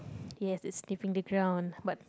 yes it's sniffing the ground but